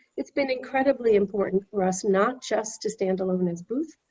it's been incredibly important for us, not just to stand alone as booth,